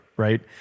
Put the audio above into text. Right